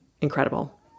incredible